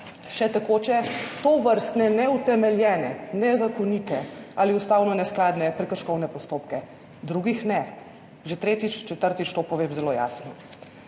še tekoče tovrstne neutemeljene, nezakonite ali ustavno neskladne prekrškovne postopke, drugih ne, že tretjič, četrtič to povem zelo jasno.